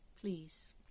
please